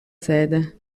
sede